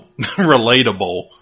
relatable